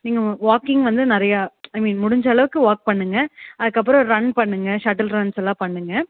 நீங்கள் வாக்கிங் வந்து நிறையா ஐமீன் முடிஞ்ச அளவுக்கு வாக் பண்ணுங்க அதுக்கு அப்புறோம் ரன் பண்ணுங்க ஷட்டில் ரன்ஸ் எல்லாம் பண்ணுங்க